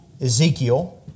Ezekiel